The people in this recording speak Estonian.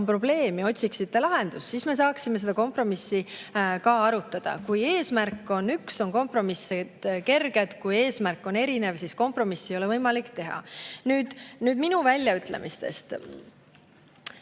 probleem, ja otsiksite lahendust – siis me saaksime kompromissi ka arutada. Kui eesmärk on üks, on kompromissid kerged. Kui eesmärk on erinev, siis kompromissi ei ole võimalik teha. Nüüd minu väljaütlemistest.